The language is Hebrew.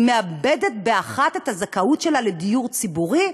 היא מאבדת באחת את הזכאות שלה לדיור ציבורי?